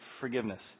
forgiveness